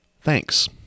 Thanks